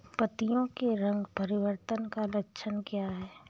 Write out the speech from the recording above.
पत्तियों के रंग परिवर्तन का लक्षण क्या है?